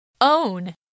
Own